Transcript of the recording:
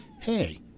hey